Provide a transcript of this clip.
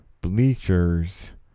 bleachers